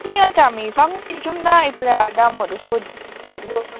कि अन्त हामीसँगै जाऊँ न एक पल्ट दामहरू सोधौँ